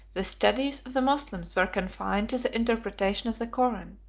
the studies of the moslems were confined to the interpretation of the koran,